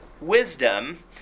wisdom